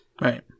right